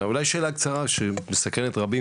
שאלה קצרה שגם שמסקרנת רבים,